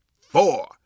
four